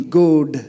good